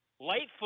Lightfoot